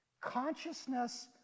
Consciousness